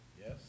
Yes